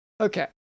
okay